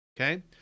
Okay